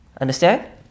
Understand